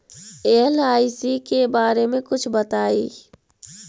LIC के बारे मे कुछ बताई?